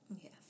Yes